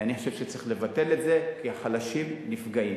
אני חושב שצריך לבטל את זה, כי החלשים נפגעים.